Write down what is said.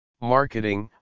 marketing